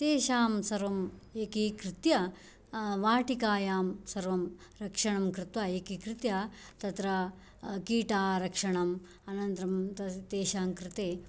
तेषां सर्वम् एकीकृत्या वाटिकायां सर्वं रक्षणं कृत्वा एकीकृत्य तत्र कीटारक्षणं अनन्तरं तेषां कृते